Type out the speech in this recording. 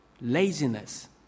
laziness